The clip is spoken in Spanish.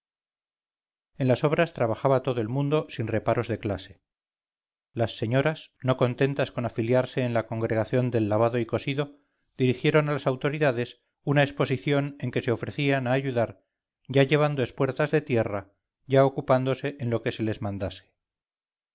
en las obras trabajaba todo el mundo sin reparos de clase las señoras no contentas con afiliarse en la congregación del lavado y cosido dirigieron a las autoridades una exposición en que se ofrecían a ayudar ya llevando espuertas de tierra ya ocupándose en lo que se les mandase